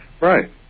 right